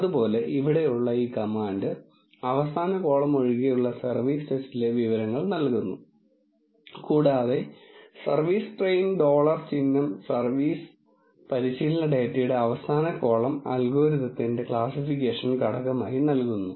അതുപോലെ ഇവിടെയുള്ള ഈ കമാൻഡ് അവസാന കോളം ഒഴികെയുള്ള സർവീസ് ടെസ്റ്റിലെ വിവരങ്ങൾ നൽകുന്നു കൂടാതെ സർവീസ് ട്രെയിൻ ഡോളർ ചിഹ്നം സർവീസ് പരിശീലന ഡാറ്റയുടെ അവസാന കോളം അൽഗോരിതത്തിന്റെ ക്ലാസ്സിഫിക്കേഷൻ ഘടകമായി നൽകുന്നു